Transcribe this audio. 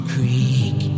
Creek